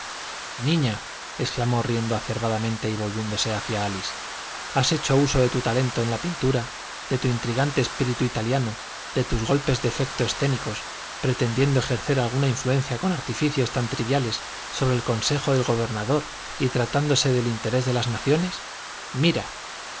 niña exclamó riendo acerbamente y volviéndose hacia álice has hecho uso de tu talento en la pintura de tu intrigante espíritu italiano de tus golpes de efecto escénicos pretendiendo ejercer alguna influencia con artificios tan triviales sobre el consejo del gobernador y tratándose del interés de las naciones mira